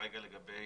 לגבי